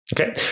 Okay